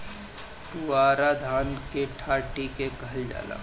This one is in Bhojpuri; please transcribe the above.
पुअरा धान के डाठी के कहल जाला